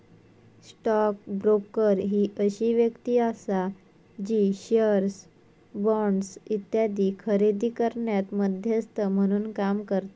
stock broker ही अशी व्यक्ती आसा जी शेअर्स, बॉण्ड्स इत्यादी खरेदी करण्यात मध्यस्थ म्हणून काम करता